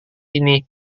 ini